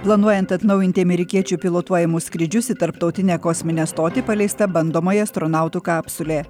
planuojant atnaujinti amerikiečių pilotuojamus skrydžius į tarptautinę kosminę stotį paleista bandomoji astronautų kapsulė